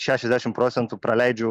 šešiasdešim procentų praleidžiu